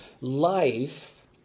life